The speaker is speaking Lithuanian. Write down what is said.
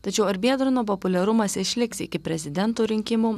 tačiau ar biedrono populiarumas išliks iki prezidento rinkimų